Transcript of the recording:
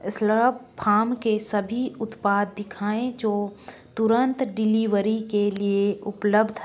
Slurrp Farm के सभी उत्पाद दिखाएँ जो तुरंत डिलीवरी के लिए उपलब्ध हैं